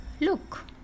Look